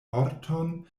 morton